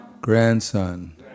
grandson